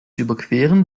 überqueren